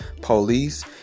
police